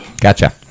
Gotcha